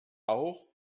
auch